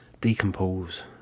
decompose